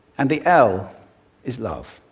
and the l is love.